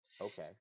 Okay